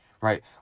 right